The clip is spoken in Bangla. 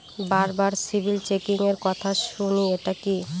বারবার সিবিল চেকিংএর কথা শুনি এটা কি?